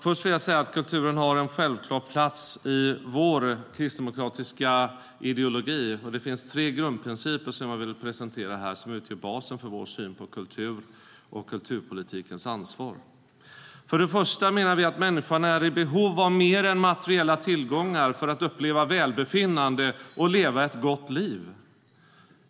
Först vill jag säga att kulturen har en självklar plats i vår kristdemokratiska ideologi. Det finns tre grundprinciper som jag vill presentera här och som utgör basen för vår syn på kulturen och på kulturpolitikens ansvar. För det första menar vi att människan är i behov av mer än materiella tillgångar för att uppleva välbefinnande och leva ett gott liv.